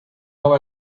how